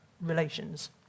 relations